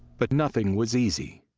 but nothing was easy.